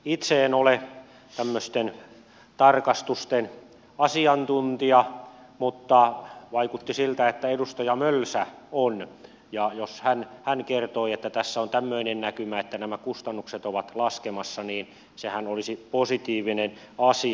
itse en ole tämmöisten tarkastusten asiantuntija mutta vaikutti siltä että edustaja mölsä on ja jos hän kertoi että tässä on tämmöinen näkymä että nämä kustannukset ovat laskemassa niin sehän olisi positiivinen asia